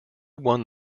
won